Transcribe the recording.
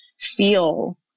feel